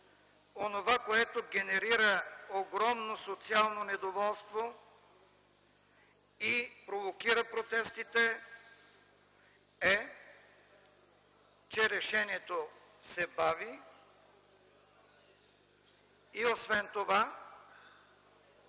Онова, което генерира огромно социално недоволство и провокира протестите, е, че решението се бави. Освен това